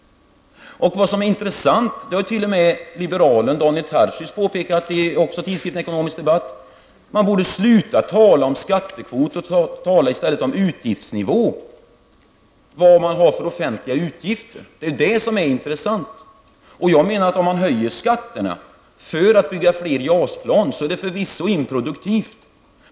T.o.m. liberalen Daniel Tarschys har i tidskriften Ekonomisk Debatt påpekat det intressanta att man borde sluta tala om en skattekvot och i stället tala om en utgiftsnivå, dvs. vilka offentliga utgifter som vi har. Jag menar att om man höjer skatterna för att kunna bygga fler JAS-plan är det förvisso improduktivt.